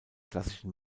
klassischen